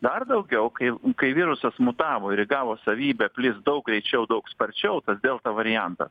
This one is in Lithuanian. dar daugiau kai kai virusas mutavo ir įgavo savybę plist daug greičiau daug sparčiau tas delta variantas